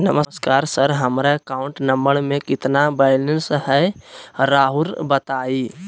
नमस्कार सर हमरा account number में कितना बैलेंस हेई राहुर बताई?